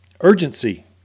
Urgency